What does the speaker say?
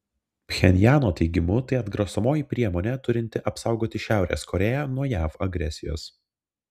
pchenjano teigimu tai atgrasomoji priemonė turinti apsaugoti šiaurės korėją nuo jav agresijos